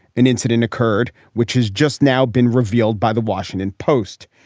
an incident occurred which has just now been revealed by the washington post.